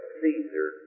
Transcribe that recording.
Caesar